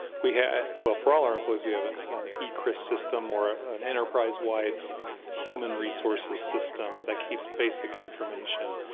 we have well, for all our employees, we have an echris system or an enterprise wide human resources system that keeps basic information,